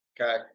okay